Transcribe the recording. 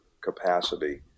capacity